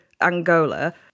Angola